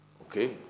Okay